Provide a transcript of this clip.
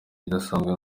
idasanzwe